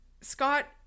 scott